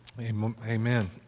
Amen